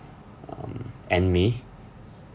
um end may